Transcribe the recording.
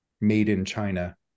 made-in-China